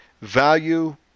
value